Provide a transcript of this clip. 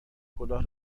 کلاه